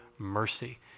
mercy